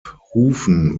hufen